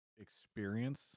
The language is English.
experience